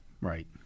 Right